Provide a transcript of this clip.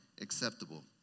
acceptable